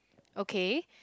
okay